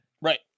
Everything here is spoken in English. Right